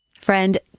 Friend